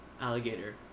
alligator